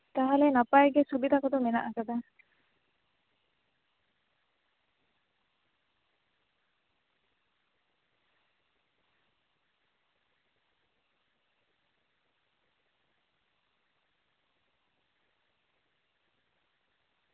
ᱛᱟᱦᱚᱞᱮ ᱱᱟᱯᱟᱭ ᱜᱮ ᱥᱩᱵᱤᱫᱟ ᱠᱚᱫᱚ ᱢᱮᱱᱟᱜ ᱠᱟᱫᱟ